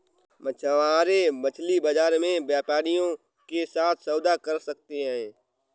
मछुआरे मछली बाजार में व्यापारियों के साथ सौदा कर सकते हैं